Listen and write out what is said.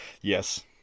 Yes